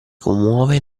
commuove